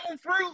fruit